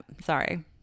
Sorry